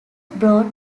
broad